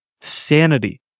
sanity